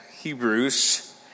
Hebrews